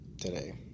today